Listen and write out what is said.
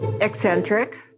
Eccentric